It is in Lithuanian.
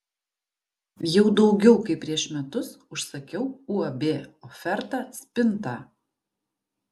jau daugiau kaip prieš metus užsakiau uab oferta spintą